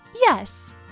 Yes